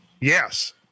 Yes